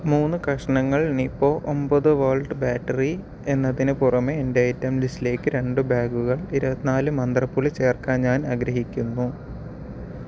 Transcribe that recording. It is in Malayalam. മൂന്ന് കഷണങ്ങൾ നിപ്പോ ഒമ്പത് വോൾട്ട് ബാറ്ററി എന്നതിന് പുറമെ എന്റെ ഐറ്റം ലിസ്റ്റിലേക്ക് രണ്ട് ബാഗുകൾ ഇരുപത്തിനാല് മന്ത്ര പുളി ചേർക്കാൻ ഞാൻ ആഗ്രഹിക്കുന്നു